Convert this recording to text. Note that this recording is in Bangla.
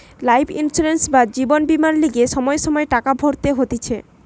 লাইফ ইন্সুরেন্স বা জীবন বীমার লিগে সময়ে সময়ে টাকা ভরতে হতিছে